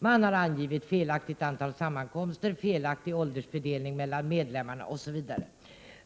Man har angivit felaktigt antal sammankomster, felaktig åldersfördelning bland medlemmarna osv.